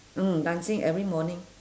mm dancing every morning